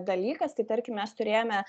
dalykas tai tarkim mes turėjome